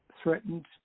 threatened